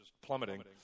plummeting